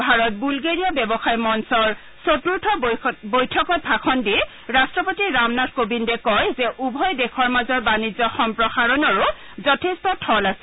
Bharat Bulgaria ব্যৱসায় মঞ্চৰ চতুৰ্থ বৈঠকত ভাষণ দি ৰট্টপতি ৰামনাথ কোবিন্দে কয় যে উভয় দেশৰ মাজৰ বাণিজ্য সম্প্ৰসাৰণৰো যথেষ্ট থল আছে